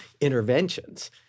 interventions